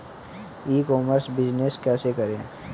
ई commerce business कैसे करें?